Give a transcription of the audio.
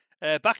Back